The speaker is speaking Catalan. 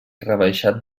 rebaixat